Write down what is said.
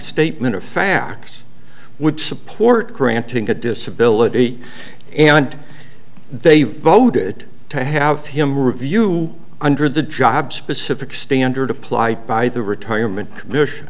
statement of facts would support granting a disability and they voted to have him review under the job specific standard applied by the retirement